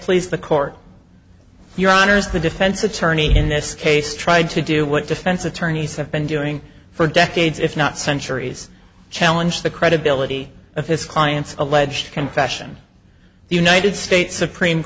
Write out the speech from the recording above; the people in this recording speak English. please the court your honors the defense attorney in this case tried to do what defense attorneys have been doing for decades if not centuries challenge the credibility of his client's alleged confession the united states supreme